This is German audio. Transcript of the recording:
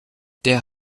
der